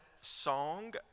song